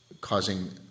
causing